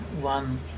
one